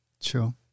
Sure